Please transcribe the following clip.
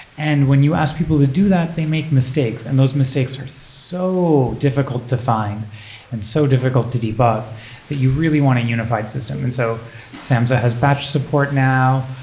and when you ask people to do that, they make mistakes, and those mistakes are so difficult to find and so difficult to debug that you really want a unified system. and so samza has batch support now.